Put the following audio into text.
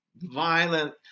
violent